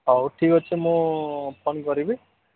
ହଉ ଠିକ୍ ଅଛି ମୁଁ ଫୋନ୍ କରିବି